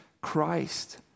Christ